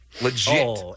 Legit